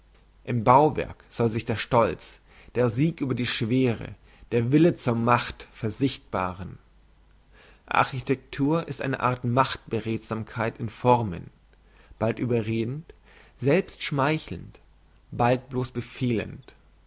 im bauwerk soll sich der stolz der sieg über die schwere der wille zur macht versichtbaren architektur ist eine art macht beredsamkeit in formen bald überredend selbst schmeichelnd bald bloss befehlend